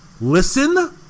Listen